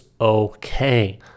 okay